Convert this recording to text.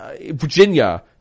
Virginia –